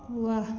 वाह